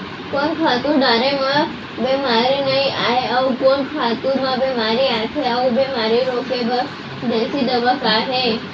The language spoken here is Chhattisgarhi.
कोन खातू डारे म बेमारी नई आये, अऊ कोन खातू म बेमारी आथे अऊ बेमारी रोके बर देसी दवा का हे?